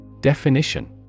Definition